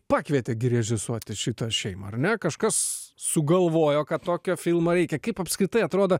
pakvietė režisuoti šitą šeimą ar ne kažkas sugalvojo kad tokio filmo reikia kaip apskritai atrodo